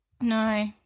No